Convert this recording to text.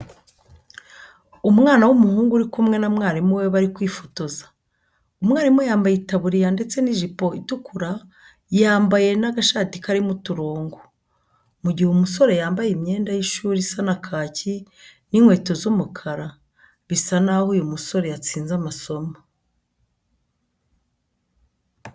Umwana w'umuhungu uri kumwe na mwarimu we bari kwifotoza, umwarimu yambaye itaburiya ndetse n'ijipo itukura, yambaye n'agashati karimo uturongo. Mu gihe umusore yambaye imyenda y'ishuri isa na kaki, n'inkweto z'umukara, bisa naho uyu musore yatsinze amasomo.